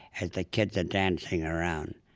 as the kids are dancing around,